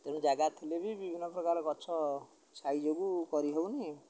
ତେଣୁ ଜାଗା ଥିଲେ ବି ବିଭିନ୍ନ ପ୍ରକାର ଗଛ ଛାଇ ଯୋଗୁଁ କରିହେଉନି